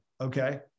Okay